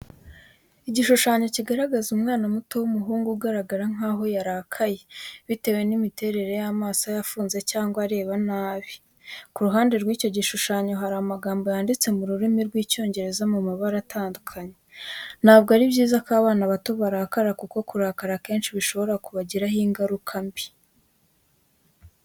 Igishushanyo kigaragaza umwana muto w'umuhungu ugaragara nkaho yarakaye, bitewe n'imiterere y'amaso ye afunze cyangwa areba nabi. Ku ruhande rw'icyo gishushanyo, hari amagambo yanditse mu rurimi rw'Icyongereza mu mabara atandukanye. Ntabwo ari byiza ko abana bato barakara kuko kurakara kenshi bishobora kubagiraho ingaruka mbi.